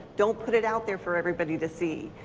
don't put it out there for everybody to see.